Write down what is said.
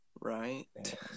Right